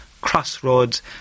crossroads